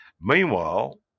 Meanwhile